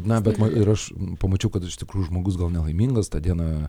na bet man ir aš pamačiau kad iš tikrųjų žmogus gal nelaimingas ta diena